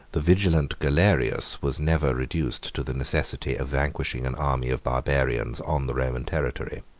the vigilant galerius was never reduced to the necessity of vanquishing an army of barbarians on the roman territory.